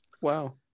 Wow